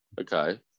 Okay